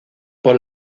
por